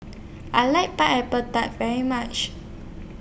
I like Pineapple Tart very much